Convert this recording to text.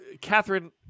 Catherine